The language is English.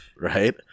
right